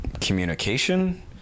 communication